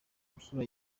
imfura